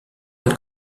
elle